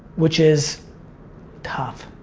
which is tough.